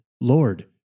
Lord